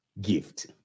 gift